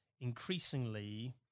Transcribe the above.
increasingly